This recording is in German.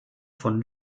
von